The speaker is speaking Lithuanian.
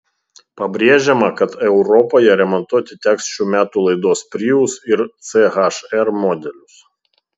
pabrėžiama kad europoje remontuoti teks šių metų laidos prius ir ch r modelius